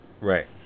Right